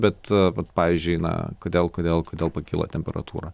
bet vat pavyzdžiui na kodėl kodėl kodėl pakyla temperatūra